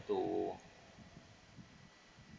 to